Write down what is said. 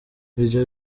iryo